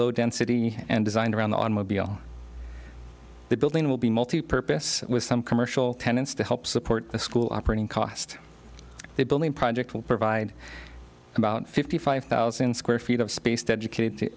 low density and designed around the automobile the building will be multi purpose with some commercial tenants to help support the school operating cost the building project will provide about fifty five thousand square feet of space to educate